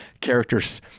characters